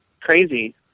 crazy